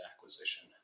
acquisition